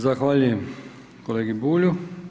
Zahvaljujem kolegi Bulju.